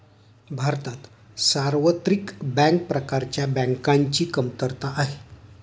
भारतात सार्वत्रिक बँक प्रकारच्या बँकांची कमतरता आहे